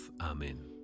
Amen